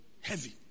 Heavy